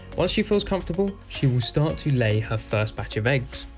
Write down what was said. once she feels comfortable, she will start to lay her first batch of eggs.